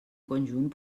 conjunt